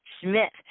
Smith